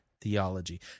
theology